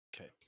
Okay